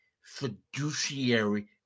fiduciary